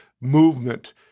movement